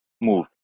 move